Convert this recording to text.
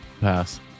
Pass